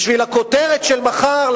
בשביל הכותרת של מחר,